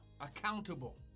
accountable